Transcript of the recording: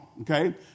Okay